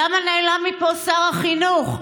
למה נעלם מפה שר החינוך?